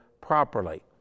properly